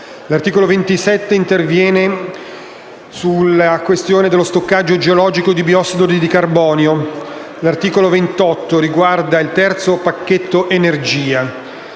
L'articolo 27 interviene sulle disposizioni relative allo stoccaggio geologico di biossido di carbonio. L'articolo 28 riguarda il terzo pacchetto energia.